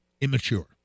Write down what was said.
Immature